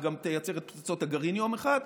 היא גם תייצר את פצצות הגרעין יום אחד,